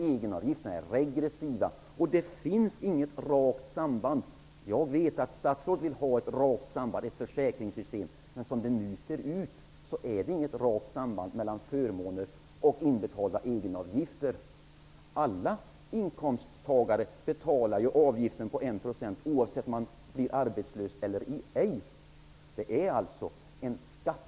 Egenavgifterna är alltså regressiva. Det finns inget rakt samband. Jag vet att statsrådet vill ha ett rakt samband, som i ett försäkringssystem, men som det nu ser ut är det inget rakt samband mellan förmåner och inbetalda egenavgifter. Alla inkomsttagare betalar avgiften om 1 %, oavsett om de blir arbetslösa eller ej. Det är alltså fråga om en skatt.